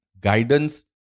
guidance